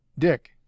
Dick